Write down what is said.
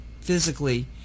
physically